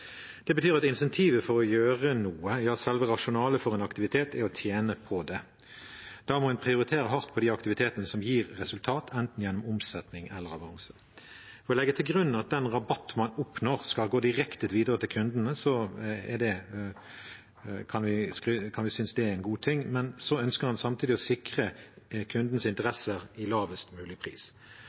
Det betyr at insentivet for å gjøre noe, ja selve rasjonalet for en aktivitet, er å tjene på det. Da må en prioritere hardt de aktivitetene som gir resultater, enten gjennom omsetning eller avanse. Å legge til grunn at den rabatt man oppnår, skal gå direkte videre til kundene, kan vi synes er en god ting, men så ønsker en samtidig å sikre kundenes interesse med lavest mulig pris.